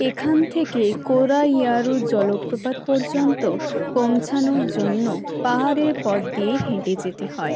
এখান থেকে কোরা ইয়ারু জলপ্রপাত পর্যন্ত পৌঁছানোর জন্য পাহাড়ের পথ দিয়ে হেঁটে যেতে হয়